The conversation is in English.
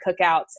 cookouts